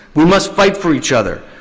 we must fight for each other.